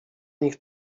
nich